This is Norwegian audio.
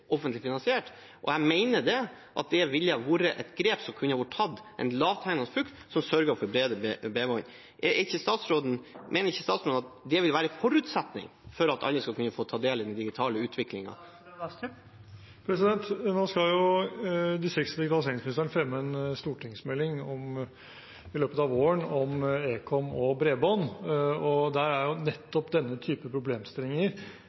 offentlig finansiert. Jeg mener at det ville ha vært et grep som kunne vært tatt – en lavthengende frukt – for å sørge for bedre bredbånd. Mener ikke statsråden at det vil være en forutsetning for at alle skal kunne få ta del i den digitale utviklingen? Nå skal jo distrikts- og digitaliseringsministeren fremme en stortingsmelding i løpet av våren om ekom og bredbånd, og der vil nettopp denne typen problemstillinger